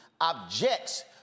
objects